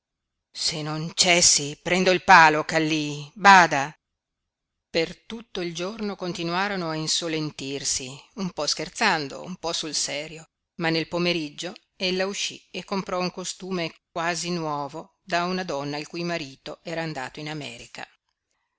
se non cessi prendo il palo kallí bada per tutto il giorno continuarono a insolentirsi un po scherzando un po sul serio ma nel pomeriggio ella uscí e comprò un costume quasi nuovo da una donna il cui marito era andato in america